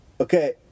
Okay